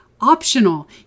optional